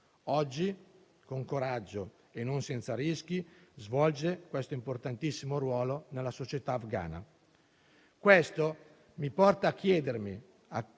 Oggi, con coraggio e non senza rischi, svolge questo importantissimo ruolo nella società afgana. Questo mi porta a chiedermi e